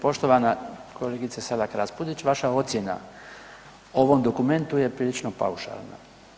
Poštovana kolegice Selak Raspudić, vaša ocjena o ovom dokumentu je prilično paušalna.